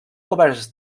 coberts